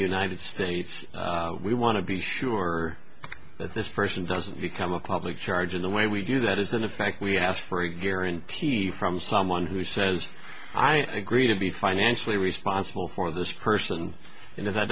the united states we want to be sure that this person doesn't become a public charge in the way we do that is in effect we ask for a guarantee from someone who says i agree to be financially responsible for this person